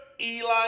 Eli